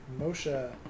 Moshe